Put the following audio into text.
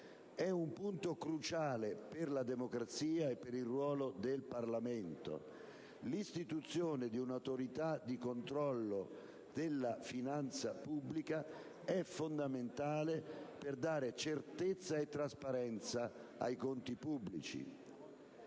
di un punto cruciale per la democrazia e per il ruolo del Parlamento: mi riferisco all'istituzione di un'autorità di controllo della finanza pubblica, che è fondamentale per dare certezza e trasparenza ai conti pubblici.